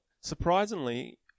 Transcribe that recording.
surprisingly